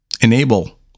enable